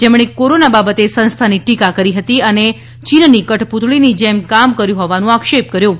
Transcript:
જેમણે કોરોના બાબતે સંસ્થાની ટીકા કરી હતી અને ચીનની કઠપુતળીની જેમ કામ કર્યુ હોવાનો આક્ષેપ કર્યો હતો